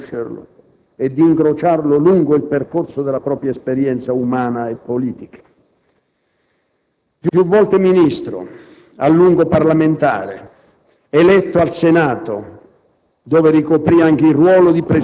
hanno avuto la fortuna di conoscerlo e incrociarlo lungo il percorso della propria esperienza umana e politica. Più volte Ministro, a lungo parlamentare, eletto al Senato